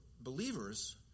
believers